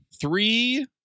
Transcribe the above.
Three